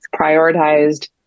prioritized